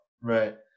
right